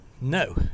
No